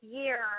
year